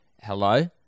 Hello